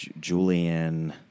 Julian